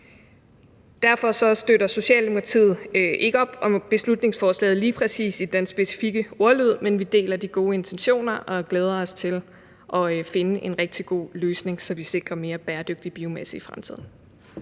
Derfor støtter Socialdemokratiet ikke op om beslutningsforslaget lige præcis i den specifikke ordlyd, men vi deler de gode intentioner og glæder os til at finde en rigtig god løsning, så vi sikrer mere bæredygtig biomasse i fremtiden.